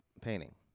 painting